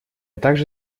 также